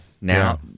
Now